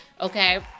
okay